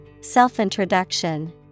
Self-introduction